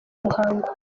muhango